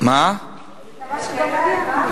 אני מקווה שגם אני אבין אותך.